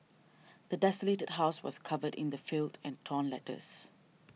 the desolated house was covered in the filth and torn letters